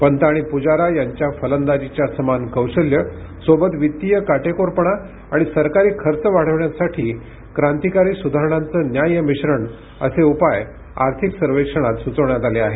पंत आणि पुजारा यांच्या फलंदाजीच्या समान कौशल्य सोबत वित्तीय काटेकोरपणा आणि सरकारी खर्च वाढविण्यासाठी क्रांतिकारी सुधारणांच न्याय्य मिश्रण असे उपाय आर्थिक सर्वेक्षणात सुचवण्यात आले आहे